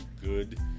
good